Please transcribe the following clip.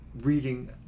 reading